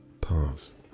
pass